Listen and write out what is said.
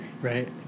Right